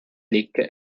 legte